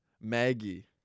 Maggie